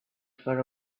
for